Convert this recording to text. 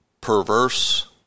perverse